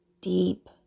deep